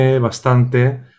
bastante